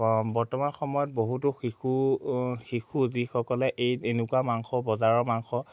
বৰ্তমান সময়ত বহুতো শিশু যিসকলে এই এনেকুৱা মাংস বজাৰৰ মাংস